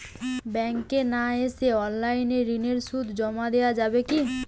ব্যাংকে না এসে অনলাইনে ঋণের সুদ জমা দেওয়া যাবে কি?